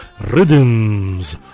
Rhythms